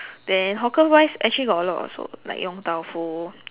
then hawker wise actually got a lot also like Yong-Tau-Foo